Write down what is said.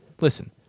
Listen